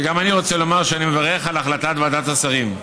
וגם אני רוצה לומר שאני מברך על החלטת ועדת השרים,